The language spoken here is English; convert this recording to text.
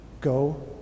go